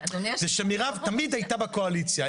שמירב תמיד הייתה בקואליציה,